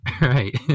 Right